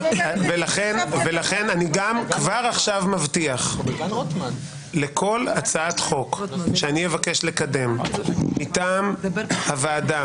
לכן אני כבר עכשיו מבטיח לכל הצעת חוק שאני אבקש לקדם מטעם הוועדה,